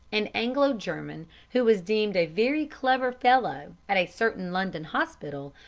an anglo-german who was deemed a very clever fellow at a certain london hospital,